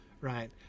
right